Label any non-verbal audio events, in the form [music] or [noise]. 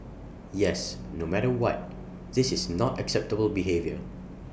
[noise] yes no matter what this is not [noise] acceptable behaviour